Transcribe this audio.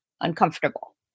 uncomfortable